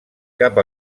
cap